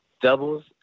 doubles